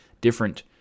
different